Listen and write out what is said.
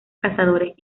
cazadores